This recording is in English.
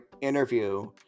interview